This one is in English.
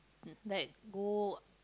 like go